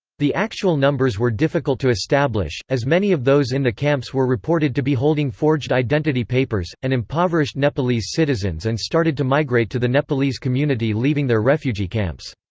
the actual numbers were difficult to establish, as many of those in the camps were reported to be holding forged identity papers, and impoverished nepalese citizens and started to migrate to the nepalese community leaving their refugee camps.